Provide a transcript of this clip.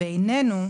בעינינו,